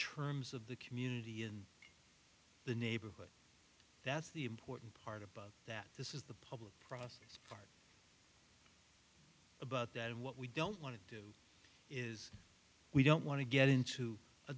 terms of the community and the neighborhood that's the important part about that this is the public process about that and what we don't want to do is we don't want to get into a